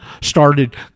started